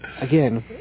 Again